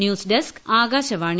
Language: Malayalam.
news desk Akashvani